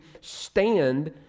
stand